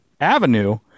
avenue